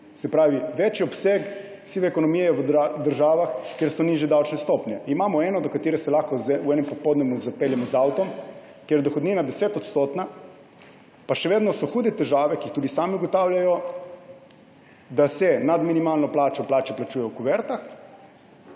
Se pravi, večji je obseg sive ekonomije v državah, kjer so nižje davčne stopnje. Imamo eno, do katere se lahko v enem popoldnevu zapeljemo z avtom, kjer je dohodnina 10 %, pa so še vedno hude težave, ki jih tudi sami ugotavljajo, da se nad minimalno plačo plače plačujejo v kuvertah,